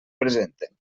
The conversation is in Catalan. presenten